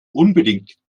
unbedingt